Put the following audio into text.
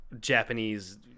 Japanese